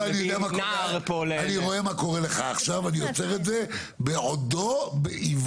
אני רואה מה קורה לך עכשיו ואני עוצר את זה בעודו ובאיבו.